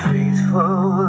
Faithful